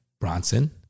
Bronson